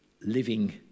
living